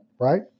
right